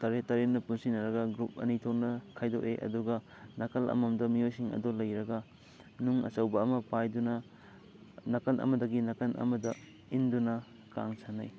ꯇꯔꯦꯠ ꯇꯔꯦꯠꯅ ꯄꯨꯟꯁꯤꯟꯅꯔꯒ ꯒ꯭ꯔꯨꯞ ꯑꯅꯤ ꯊꯣꯛꯅ ꯈꯥꯏꯗꯣꯛꯑꯦ ꯑꯗꯨꯒ ꯅꯥꯀꯜ ꯑꯃꯃꯝꯗ ꯃꯤꯑꯣꯏꯁꯤꯡ ꯑꯗꯨ ꯂꯩꯔꯒ ꯅꯨꯡ ꯑꯆꯧꯕ ꯑꯃ ꯄꯥꯏꯗꯨꯅ ꯅꯥꯀꯜ ꯑꯃꯗꯒꯤ ꯅꯥꯀꯜ ꯑꯃꯗ ꯏꯟꯗꯨꯅ ꯀꯥꯡ ꯁꯥꯟꯅꯩ